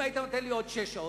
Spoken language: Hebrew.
אם היית נותן לי עוד שש שעות,